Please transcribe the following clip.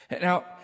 Now